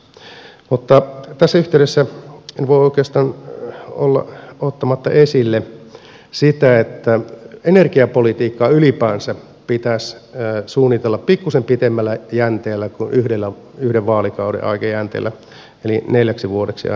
tässä yhteydessä en voi oikeastaan olla ottamatta esille sitä että energiapolitiikka ylipäänsä pitäisi suunnitella pikkuisen pitemmällä jänteellä kuin yhden vaalikauden aikajänteellä eli neljäksi vuodeksi aina eteenpäin